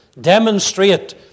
demonstrate